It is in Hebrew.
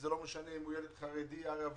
ולא משנה אם הוא ילד חרדי או ערבי